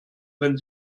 wenn